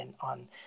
on